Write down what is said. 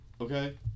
Okay